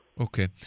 Okay